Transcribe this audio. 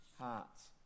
hearts